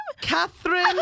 Catherine